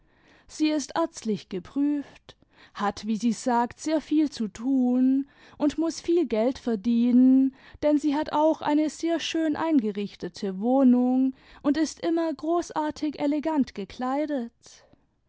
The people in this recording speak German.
sie ist ärztlich geprüft hat wie sie sag sehr viel zu tun und muß viel geld verdienen denn sie hat auch eine sehr schön eingerichtete wohnung und ist immer großartig elegant gekleidet